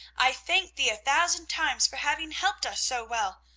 i thank thee a thousand times for having helped us so well!